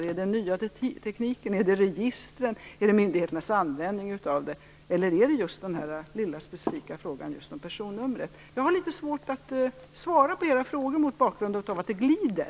Är det den nya tekniken, registren, myndigheternas användning av dem, eller är det den specifika frågan om just personnumret? Jag har litet svårt att svara på era frågar på grund av att det glider.